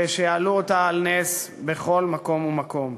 ושיעלו אותה על נס בכל מקום ומקום.